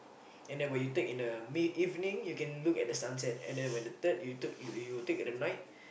and then when you take in the mid evening you can look at the sunset and then when the third you took you would take at the night